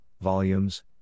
Volumes